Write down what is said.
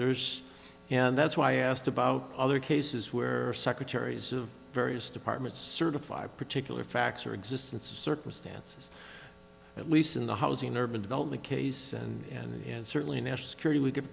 there's and that's why i asked about other cases where secretaries of various departments certify a particular fax or existence of circumstances at least in the housing urban development case and certainly national security we give